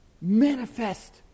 manifest